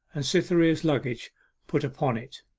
and cytherea's luggage put upon it.